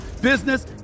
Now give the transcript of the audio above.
business